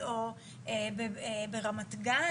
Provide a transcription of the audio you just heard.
או ברמת גן,